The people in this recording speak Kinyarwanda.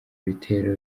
bitero